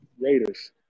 Raiders